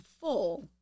full